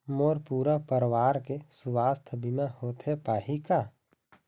मोर पूरा परवार के सुवास्थ बीमा होथे पाही का?